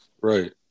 Right